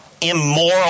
Immoral